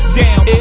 down